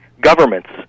governments